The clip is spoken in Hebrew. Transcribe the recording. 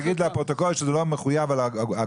תגיד לפרוטוקול שזה לא מחויב על האגורה,